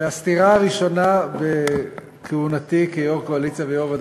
זו הסתירה הראשונה בכהונתי כיושב-ראש הקואליציה ויושב-ראש